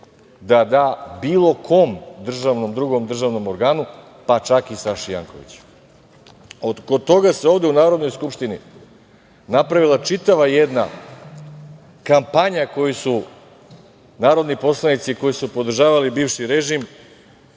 da da bilo kom drugom državnom organu, pa čak i Saši Jankoviću. Oko toga ovde se u Narodnoj skupštini napravila čitava jedna kampanja koju su narodni poslanici koji su podržavali bivši režim